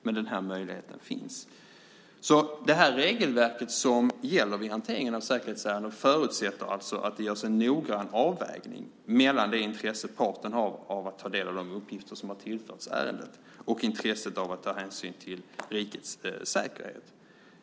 Men möjligheten finns. Det regelverk som gäller vid hanteringen av säkerhetsärenden förutsätter alltså att det görs en noggrann avvägning mellan det intresse parten har av att ta del av de uppgifter som har tillförts ärendet och intresset av att ta hänsyn till rikets säkerhet.